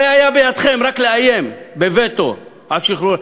הרי היה בידכם רק לאיים בווטו על השחרור.